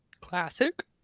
Classic